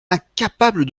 incapable